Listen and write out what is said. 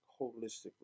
holistically